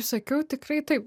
sakiau tikrai taip